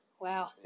Wow